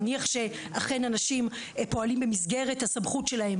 נניח שאכן אנשים פועלים במסגרת הסמכות שלהם